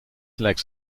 legs